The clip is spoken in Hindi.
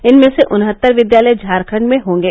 इनमें से उन्हत्तर विद्यालय झारखंड में होंगे